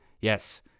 Yes